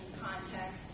context